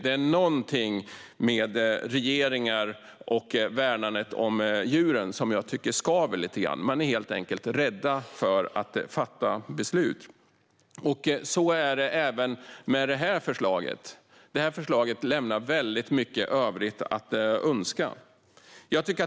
Det är någonting med regeringar och värnandet om djuren som jag tycker skaver lite grann. Man är helt enkelt rädd för att fatta beslut, och så är det även med det här förslaget. Det lämnar mycket övrigt att önska.